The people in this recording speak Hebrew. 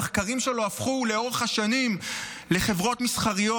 המחקרים שלו הפכו לאורך השנים לחברות מסחריות,